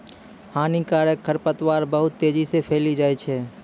हानिकारक खरपतवार बहुत तेजी से फैली जाय छै